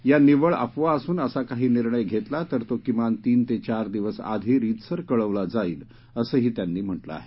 या निव्वळ अफवा असून असा काही निर्णय घेतला तर तो किमान तीन ते चार दिवस आधी रीतसर कळवला जाईल असंही त्यांनी म्हटलं आहे